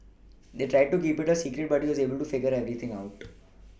they tried to keep it a secret but he was able to figure everything out